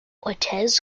ortiz